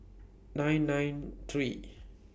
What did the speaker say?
nine nine three